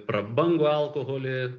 prabangų alkoholį